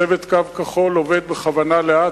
צוות "קו כחול" עובד בכוונה לאט,